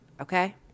okay